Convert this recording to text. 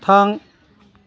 थां